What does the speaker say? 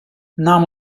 нам